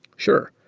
sure.